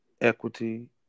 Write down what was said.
equity